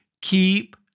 keep